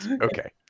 Okay